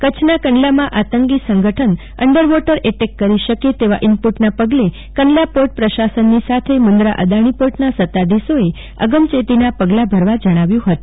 કચ્છના કંડલામાં આંતકી સંગઠન અંડર વોટર એટેક કરી શકે તેવા ઈનપુટના પગલે કંડલા પોર્ટ પ્રસાસનની સાથે મુંદરા અદાણી પોર્ટના સત્તાધીશોએ આગચેતીના પગલા ભરવા જણાવ્યુ છે